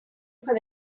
put